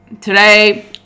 Today